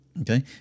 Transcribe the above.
Okay